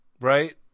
right